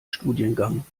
studiengang